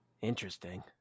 interesting